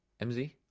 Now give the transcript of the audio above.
MZ